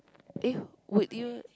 eh would you